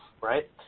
right